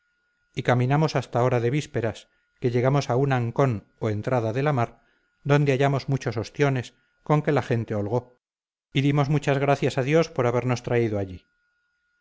y caminamos hasta hora de vísperas que llegamos a un ancón o entrada de la mar donde hallamos muchos ostiones con que la gente holgó y dimos muchas gracias a dios por habernos traído allí